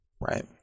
Right